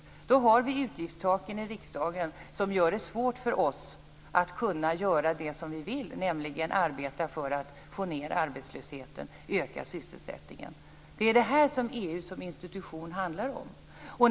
I riksdagen har vi utgiftstaken som gör det svårt för oss att kunna göra det som vi vill, nämligen arbeta för att få ned arbetslösheten och öka sysselsättningen. Det är det här som EU som institution handlar om.